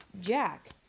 Jack